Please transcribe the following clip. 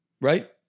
Right